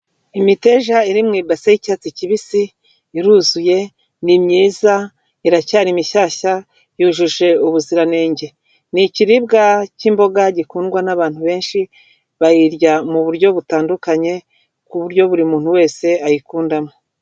Imiteja iri mu ibasi y'icyatsi kibisi, iruzuye, ni myiza, iracyari mishyashya, yujuje ubuziranenge. Ni ikiribwa cy'imboga gikundwa n'abantu benshi, bayirya mu buryo butandukanye ku buryo buri muntu wese ayikundamo.